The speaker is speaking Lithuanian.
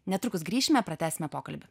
netrukus grįšime pratęsime pokalbį